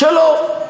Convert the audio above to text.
שלו,